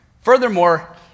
Furthermore